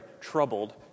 troubled